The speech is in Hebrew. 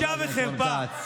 בושה וחרפה.